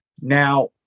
now